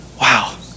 Wow